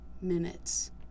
minutes